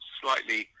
slightly